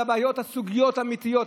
על הסוגיות האמיתיות,